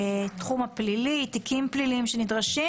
שבתחום הפלילי, תיקים פליליים שנדרשים